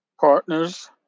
partners